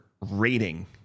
rating